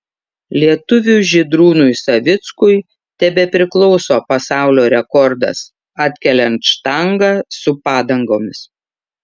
lietuviui žydrūnui savickui tebepriklauso pasaulio rekordas atkeliant štangą su padangomis